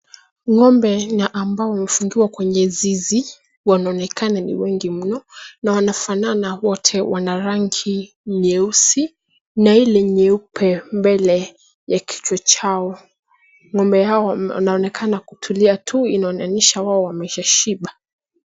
Ng'ombe na ambao wamefungiwa kwenye zizi, wanaonekana ni wengi mno, na wanafanana wote wana rangi nyeusi, na ile nyeupe mbele ya kichwa chao. Ng'ombe hao wanaonekana kutulia tu inaonanisha wao wameshashiba.